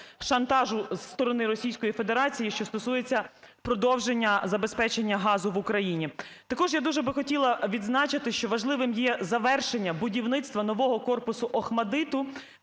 шантажу зі сторони Російської Федерації, що стосується продовження забезпечення газу в Україні. Також я дуже би хотіла відзначити, що важливим є завершення будівництва нового корпусу ОХМАТДИТУ.